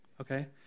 okay